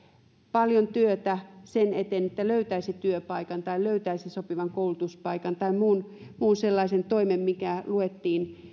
paljon työtä sen eteen että löytäisi työpaikan tai löytäisi sopivan koulutuspaikan tai muun muun sellaisen toimen mikä luetaan